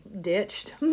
ditched